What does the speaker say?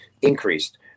increased